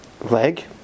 leg